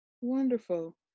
wonderful